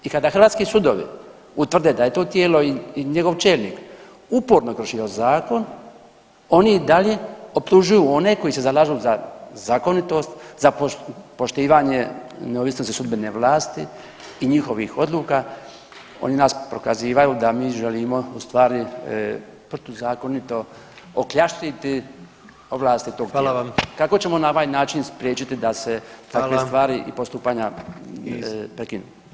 I kada hrvatski sudovi utvrde da je to tijelo i njegov čelnik uporno kršio zakon oni i dalje optužuju one koji se zalažu za zakonitost za poštivanje neovisnosti sudbene vlasti i njihovih odluka, oni nas prokazivaju da mi želimo u stvari protuzakonito okljaštriti ovlasti tog tijela [[Upadica: Hvala vam.]] kako ćemo na ovaj način spriječiti [[Upadica: Hvala.]] da se takve stvari i postupanja prekinu.